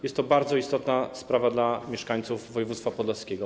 Jest to bardzo istotna sprawa dla mieszkańców województwa podlaskiego.